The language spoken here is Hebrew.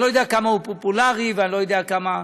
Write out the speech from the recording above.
שאני לא יודע כמה הוא פופולרי ואני לא יודע כמה,